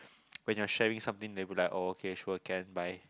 when you're sharing something they'll be like sure can bye